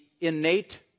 innate